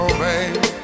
baby